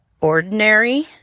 ordinary